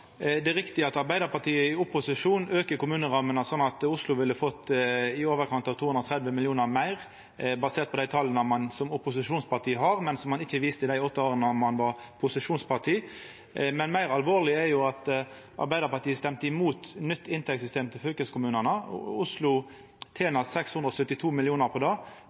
Det er riktig at Arbeidarpartiet i opposisjon aukar kommunerammene, slik at Oslo ville fått i overkant av 230 mill. kr meir, basert på dei tala ein har som opposisjonsparti, men som ein ikkje hadde i dei åtte åra ein var posisjonsparti. Meir alvorleg er det at Arbeidarpartiet stemte imot nytt inntektssystem for fylkeskommunane, som Oslo tener 672 mill. kr på. Så når ein stiller spørsmålet om det